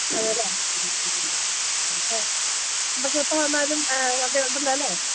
അതെ അല്ലെ മ്മ് ഓക്കെ എപ്പം വന്നാലും അവിടെ ഉണ്ടല്ലൊ അല്ലെ